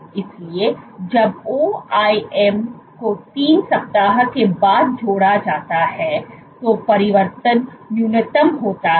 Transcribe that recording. इसलिए जब OIM को 3 सप्ताह के बाद जोड़ा जाता है तो परिवर्तन न्यूनतम होता है